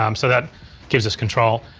um so that gives us control.